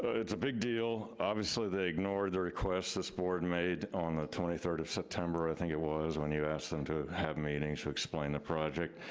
it's a big deal. obviously, they ignored the request this board made on the twenty third of september, i think it was, when you asked them to have meetings to explain the project.